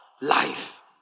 life